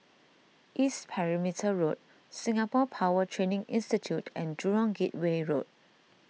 East Perimeter Road Singapore Power Training Institute and Jurong Gateway Road